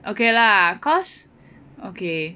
okay lah cause okay